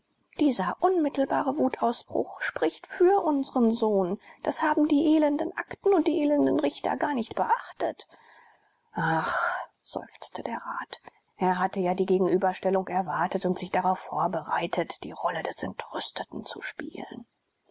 dieser unmittelbare wutausbruch spricht für unseren sohn das haben die elenden akten und die elenden richter gar nicht beachtet ach seufzte der rat er hatte ja die gegenüberstellung erwartet und sich darauf vorbereitet die rolle des entrüsteten zu spielen